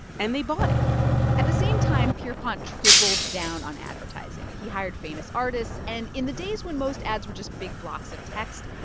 and they bought it at the same time, pierrepont tripled down on advertising. he hired famous artists. and in the days when most ads were just big blocks of text,